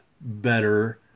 better